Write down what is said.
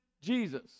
Jesus